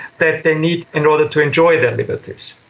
that they need in order to enjoy their liberties.